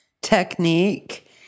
technique